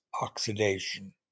oxidation